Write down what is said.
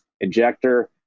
injector